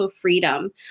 freedom